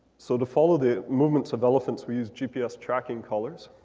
so to follow the movements of elephants, we use gps tracking collars,